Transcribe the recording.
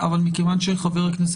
זו הכנה